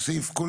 איזה סעיף,